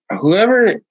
Whoever